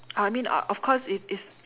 uh I mean uh of course it is